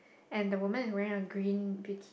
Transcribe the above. and the woman is wearing a green bikini